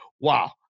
wow